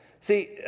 See